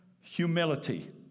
humility